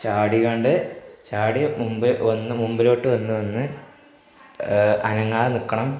ചാടികാണ്ട് ചാടി മുമ്പേ വന്ന് മുമ്പിലോട്ട് വന്ന് വന്ന് അനങ്ങാതെ നില്ക്കണം